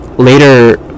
Later